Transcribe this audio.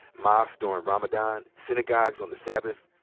mosques during ramadan, synagogues on the sabbath,